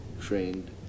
trained